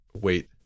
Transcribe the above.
wait